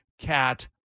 cat